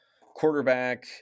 quarterback